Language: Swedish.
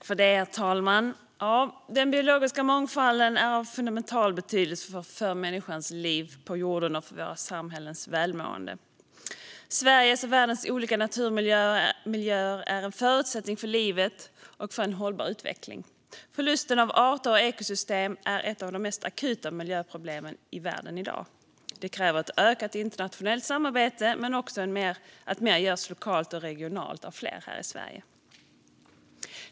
Herr talman! Den biologiska mångfalden är av fundamental betydelse för människans liv på jorden och för våra samhällens välmående. Sveriges och världens olika naturmiljöer är en förutsättning för livet och för en hållbar utveckling. Förlusten av arter och ekosystem är ett av de mest akuta miljöproblemen i världen i dag. Det kräver ett ökat internationellt samarbete men också att mer görs lokalt och regionalt av fler här i Sverige.